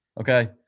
Okay